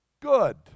good